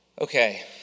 Okay